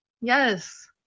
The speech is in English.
yes